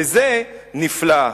וזה נפלא.